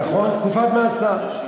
נכון, תקופת מאסר.